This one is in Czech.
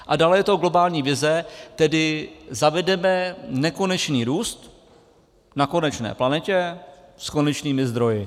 A dále je to globální vize, tedy zavedeme nekonečný růst na konečné planetě s konečnými zdroji.